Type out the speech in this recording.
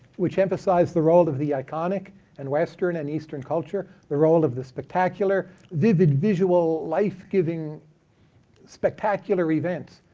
which emphasized the role of the iconic in western and eastern culture, the role of the spectacular. vivid visual life-giving spectacular events.